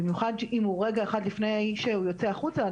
במיוחד שאם הוא רגע אחד לפני שהוא יוצא החוצה אז